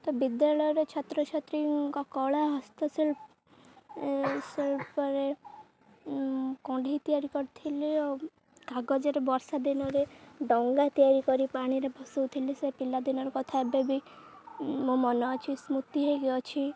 ତ ବିଦ୍ୟାଳୟରେ ଛାତ୍ର ଛାତ୍ରୀଙ୍କ କଳା ହସ୍ତଶିଳ୍ପ ଶିଳ୍ପରେ କଣ୍ଢେଇ ତିଆରି କରିଥିଲି କାଗଜରେ ବର୍ଷା ଦିନରେ ଡଙ୍ଗା ତିଆରି କରି ପାଣିରେ ଭସାଉଥିଲି ସେ ପିଲାଦିନର କଥା ଏବେ ବି ମୋ ମନ ଅଛି ସ୍ମୃତି ହେଇକି ଅଛି